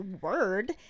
word